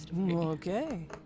Okay